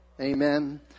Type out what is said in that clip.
Amen